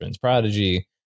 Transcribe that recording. Prodigy